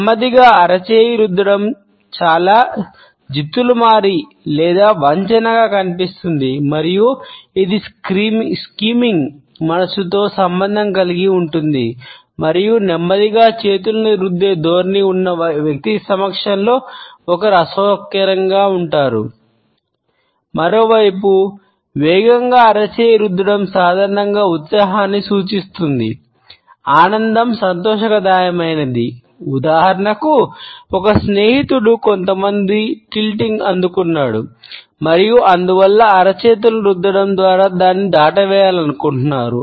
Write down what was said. నెమ్మదిగా అరచేయీ రుద్దడం చాలా జిత్తులమారి అందుకున్నాడు మరియు అందువల్ల అరచేతులను రుద్దడం ద్వారా దానిని దాటవేయాలనుకుంటున్నారు